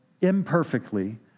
imperfectly